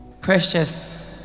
precious